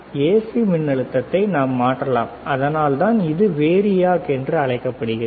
AC மின்னழுத்தத்தை நாம் மாற்றலாம் அதனால்தான் இது வேரியாக் என்று அழைக்கப்படுகிறது